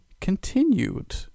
continued